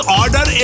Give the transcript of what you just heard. order